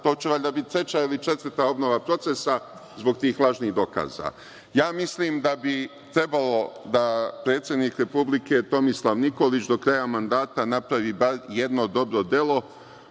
To će valjda biti treća ili četvrta obnova procesa zbog tih lažnih dokaza. Mislim da bi trebalo da predsednik Republike Tomislav Nikolić do kraja mandata napravi bar jedno dobro delo